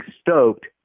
stoked